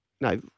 No